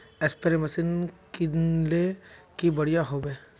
Spray machine किनले की बढ़िया होबवे?